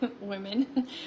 women